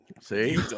see